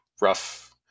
rough